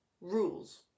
rules